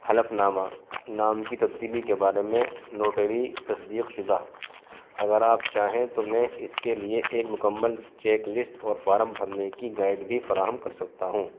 حلف نامہ نام کی تبدیلی کے بارے میں نوٹری تصدیق شدہ اگر آپ چاہیں تو میں اس کے لیے ایک مکمل چیک لسٹ اور فارم بھرنے کی گائڈ بھی فراہم کر سکتا ہوں